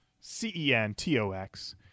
C-E-N-T-O-X